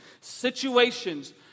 situations